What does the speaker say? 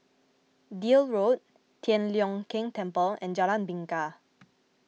Deal Road Tian Leong Keng Temple and Jalan Bingka